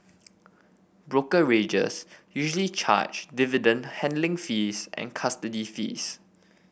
brokerages usually charge dividend handling fees and custody fees